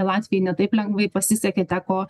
latvijai ne taip lengvai pasisekė teko